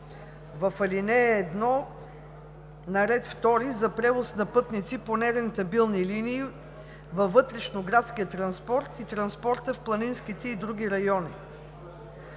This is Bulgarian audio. в ал. 1 на ред II за превоз на пътници по нерентабилни линии във вътрешноградския транспорт и транспорта в планинските и други райони.